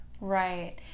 right